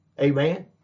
Amen